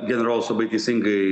generolas labai teisingai